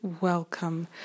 welcome